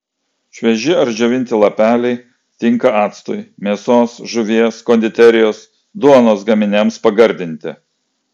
švieži ar džiovinti lapeliai tinka actui mėsos žuvies konditerijos duonos gaminiams pagardinti